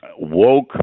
woke